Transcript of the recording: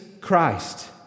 Christ